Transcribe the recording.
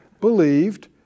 believed